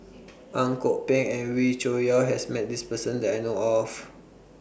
Ang Kok Peng and Wee Cho Yaw has Met This Person that I know of